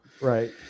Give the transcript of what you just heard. Right